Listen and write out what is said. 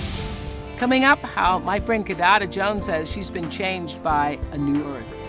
coming up, how my friend kidada jones says she's been changed by a new earth.